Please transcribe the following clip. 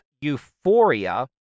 Euphoria